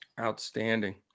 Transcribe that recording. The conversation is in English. Outstanding